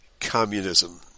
communism